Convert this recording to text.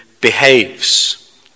behaves